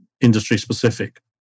industry-specific